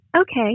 Okay